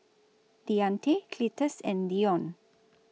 Deante Cletus and Deon